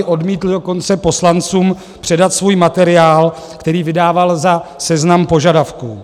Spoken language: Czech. Odmítl dokonce poslancům předat svůj materiál, který vydával za seznam požadavků.